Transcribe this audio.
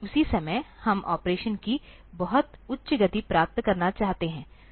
उसी समय हम ऑपरेशन की बहुत उच्च गति प्राप्त करना चाहते हैं